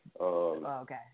Okay